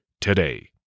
today